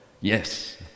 Yes